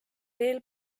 veel